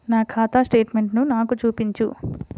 నా ఖాతా స్టేట్మెంట్ను నాకు చూపించు